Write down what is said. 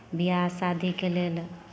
ब्याह शादीके लेल